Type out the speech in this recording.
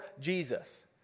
Jesus